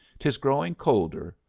tis growing colder.